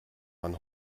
man